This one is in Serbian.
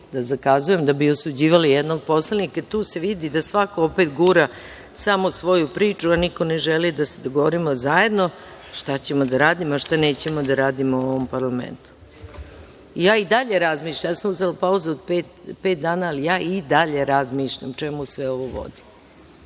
da zakazujem da bi osuđivali jednog poslanika, jer tu se vidi da svako opet gura samo svoju priču, a niko ne želi da se dogovorimo zajedno šta ćemo da radimo, a šta nećemo da radimo u ovom parlamentu. Ja sam uzela pauzu od pet dana, ali i dalje razmišljam o čemu sve ovo vodi.